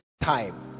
time